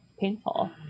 painful